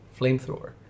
flamethrower